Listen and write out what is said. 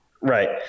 right